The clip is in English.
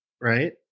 right